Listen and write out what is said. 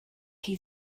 chi